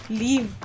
leave